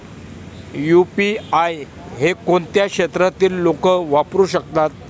UPI हे कोणत्या क्षेत्रातील लोक वापरू शकतात?